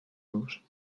los